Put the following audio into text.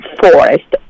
forest